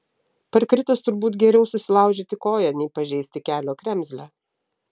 parkritus turbūt geriau susilaužyti koją nei pažeisti kelio kremzlę